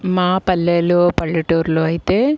మా పల్లెలు పల్లెటూరులో అయితే